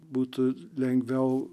būtų lengviau